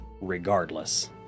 regardless